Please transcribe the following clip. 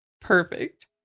Perfect